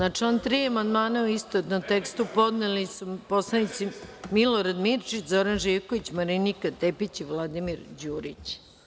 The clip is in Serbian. Na član 3. amandmane, u istovetnom tekstu, podneli su narodni poslanici Milorad Mirčić, Zoran Živković, Marinika Tepić i Vladimir Đurić.